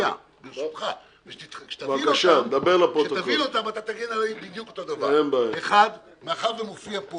1. מאחר שמופיע פה